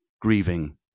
grieving